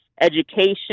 education